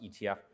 ETF